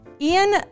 Ian